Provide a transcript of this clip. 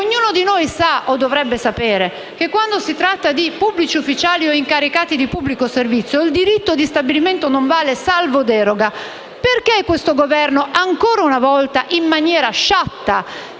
ognuno di noi sa o dovrebbe sapere che, quando si tratta di pubblici ufficiali o incaricati di pubblico servizio, il diritto di stabilimento non vale, salvo deroga. Perché questo Governo, ancora una volta in maniera sciatta,